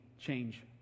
change